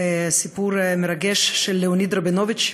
הסיפור המרגש של ליאוניד רבינוביץ,